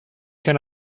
can